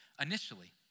initially